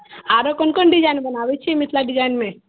आरो कोन कोन डिजाइन बनाबैत छियै मिथिला डिजाइनमे